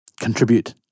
contribute